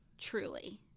Truly